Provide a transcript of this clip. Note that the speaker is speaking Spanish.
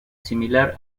similar